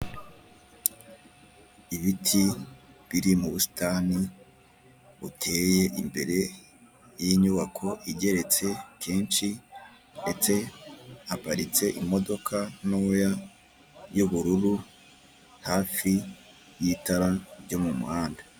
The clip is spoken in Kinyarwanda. Ibiti biri mu busitani buteye imbere y'inyubako igeretse kenshi, ndetse haparitse imodoka ntoya y'ubururu hafi y'itara ryo mu muhanda.